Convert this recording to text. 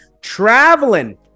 traveling